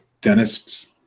Dentists